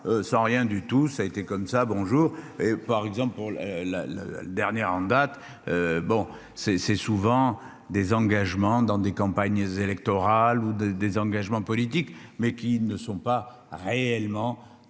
Sans rien du tout, ça a été comme ça. Bonjour. Et par exemple pour la, la, la dernière en date. Bon c'est c'est souvent des engagements dans des campagnes électorales ou de désengagement politique mais qui ne sont pas réellement